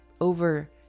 Over